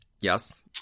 Yes